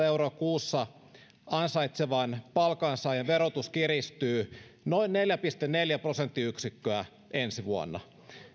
euroa kuussa ansaitsevan palkansaajan verotus kiristyy noin neljä pilkku neljä prosenttiyksikköä ensi vuonna